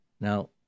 Now